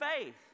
faith